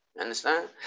understand